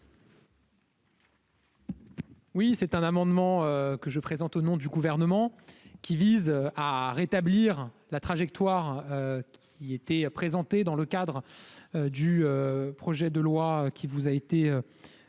Oui, c'est un amendement que je présente au nom du gouvernement qui vise à rétablir la trajectoire, il était à présenté dans le cadre du projet de loi qui vous a été soumis,